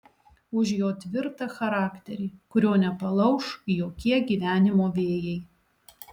už jo tvirtą charakterį kurio nepalauš jokie gyvenimo vėjai